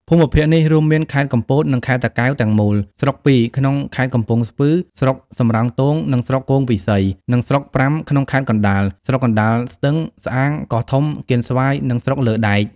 ភូមិភាគនេះ រួមមានខេត្តកំពតនិងខេត្តតាកែវទាំងមូល ស្រុកពីរ ក្នុងខេត្តកំពង់ស្ពឺ (ស្រុកសំរោងទង និងស្រុកគងពិសី) និងស្រុកប្រាំក្នុងខេត្តកណ្តាល (ស្រុកកណ្តាលស្ទឹង ស្អាង កោះធំ កៀនស្វាយ និងស្រុកលើកដែក)។